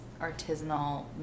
artisanal